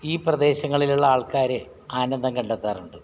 ഈ പ്രദേശങ്ങളിലുള്ള ആൾക്കാർ ആനന്ദം കണ്ടെത്താറുണ്ട്